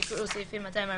יקראו "סעיפים 240(א1)